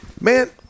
Man